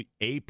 AP